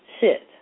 sit